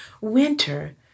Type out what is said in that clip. winter